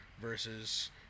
versus